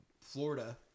Florida